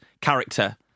character